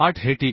8 हेTf